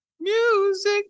music